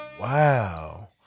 Wow